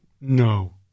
No